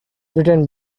written